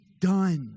done